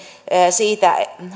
siitä